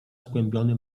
skłębiony